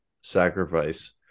sacrifice